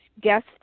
guest